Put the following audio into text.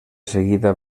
seguida